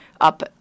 up